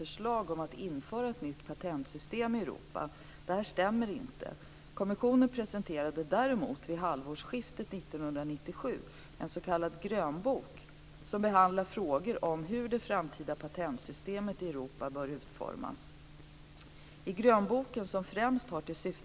Jag får tacka för svaret, men efter det har jag ytterligare några frågor.